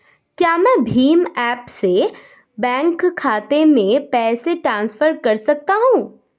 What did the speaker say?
क्या मैं भीम ऐप से बैंक खाते में पैसे ट्रांसफर कर सकता हूँ?